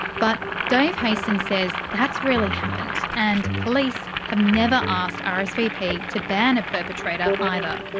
but dave heyson says that's rarely happened and police have never asked ah rsvp to ban a perpetrator either.